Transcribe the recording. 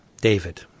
David